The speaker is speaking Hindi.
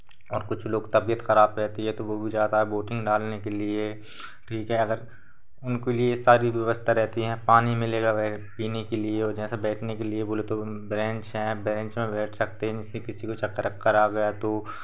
और कुछ लोग तबियत खराब रहती है तो वो भी ज़्यादा वोटिंग डालने के लिए ठीक है अगर उनको लिए सारी व्यवस्था रहती है पानी मिलेगा वह पीने के लिए और जैसे बैठने के लिए बोले तो ब्रेंच हैं बेंच में बैठ सकते हैं जैसे किसी को चक्कर अक्कर आ गया तो